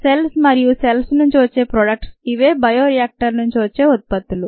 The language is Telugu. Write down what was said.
సెల్స్ మరియు సెల్స్ నుంచి వచ్చే ప్రోడక్ట్స్ ఇవే బయో రియాక్టర్ నుంచి వచ్చే ఉత్పత్తులు